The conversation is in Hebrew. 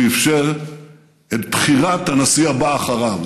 הוא אפשר את בחירת הנשיא הבא אחריו,